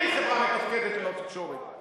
אין חברה מתפקדת ללא תקשורת.